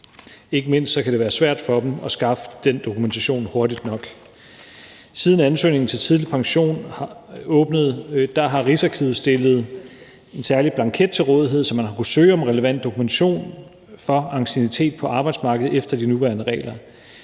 Ikke mindst kan det være svært for dem at skaffe den dokumentation hurtigt nok. Siden ansøgningen til tidlig pension åbnede, har Rigsarkivet stillet en særlig blanket til rådighed, så man har kunnet søge om relevant dokumentation for anciennitet på arbejdsmarkedet efter de nuværende regler.